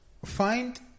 Find